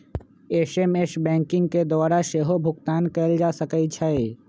SMS banking के द्वारा सेहो भुगतान कएल जा सकै छै